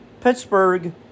Pittsburgh